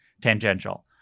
tangential